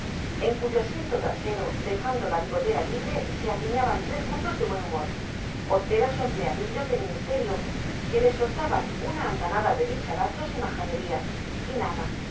en cuyo asiento trasero dejando la bigotera libre se apiñaban tres mozos de buen humor horteras o empleadillos de ministerio que le soltaban una andanada de dicharachos y majaderías y nada